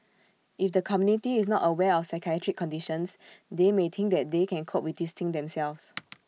if the community is not aware of psychiatric conditions they may think that they can cope with these things themselves